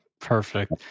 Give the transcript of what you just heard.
Perfect